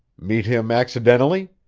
meet him accidentally?